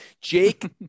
Jake